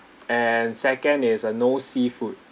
and second is uh no seafood